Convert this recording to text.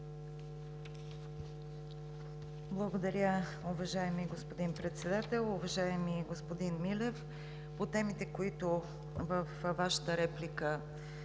Благодаря, уважаеми господин Председател. Уважаеми господин Милев, по темите, които засегнахте